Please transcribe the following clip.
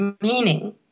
meaning